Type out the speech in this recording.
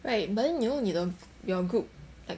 right but then you know 你的 your group